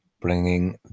bringing